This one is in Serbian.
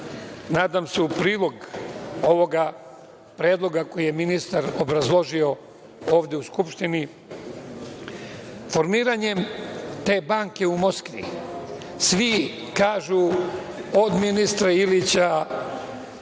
nadam se, u prilog ovoga predloga koji je ministar obrazložio ovde u Skupštini? Formiranjem te banke u Moskvi, svi kažu od ministra Ilića,